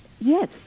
yes